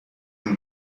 این